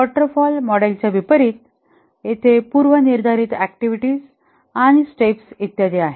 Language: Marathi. वॉटर फॉल च्या मॉडेलच्या विपरीत तेथे पूर्वनिर्धारित ऍक्टिव्हिटीज आणि स्टेप्स इत्यादी आहेत